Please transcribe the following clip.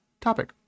topic